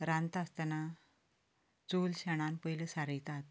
रांदता आसतना चूल शेणान पयलीं सारयतात